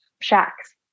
shacks